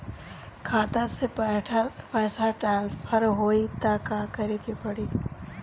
खाता से पैसा टॉसफर ना होई त का करे के पड़ी?